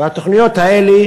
והתוכניות האלה